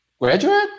graduate